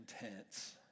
intense